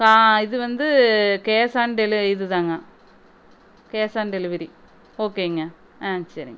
கா இது வந்து கேஷ் ஆன் டெலிவரி இதுதாங்க கேஷ் ஆன் டெலிவரி ஓகேங்க ஆ சரிங்க